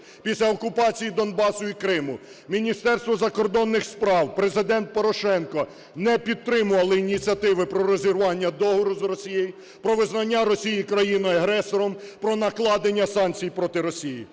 після окупації Донбасу і Криму, Міністерство закордонних справ, Президент Порошенко не підтримували ініціативи про розірвання договору з Росією, про визнання Росії країною-агресором, про накладення санкцій проти Росії.